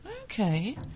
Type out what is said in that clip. Okay